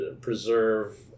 preserve